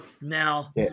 Now